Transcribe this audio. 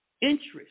interest